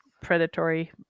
predatory